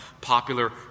popular